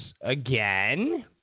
again